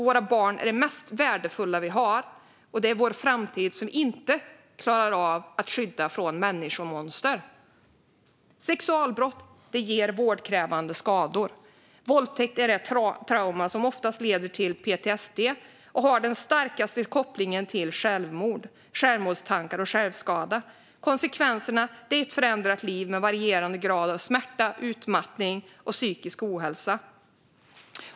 Våra barn är det mest värdefulla vi har. Det är vår framtid som vi inte klarar av att skydda från människomonster. Sexualbrott ger vårdkrävande skador. Våldtäkt är det trauma som oftast leder till PTSD och har den starkaste kopplingen till självmord, självmordstankar och självskada. Konsekvenserna är ett förändrat liv med varierande grad av smärta, utmattning och psykisk ohälsa.